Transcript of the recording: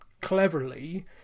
cleverly